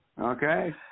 Okay